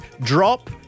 drop